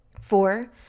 four